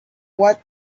what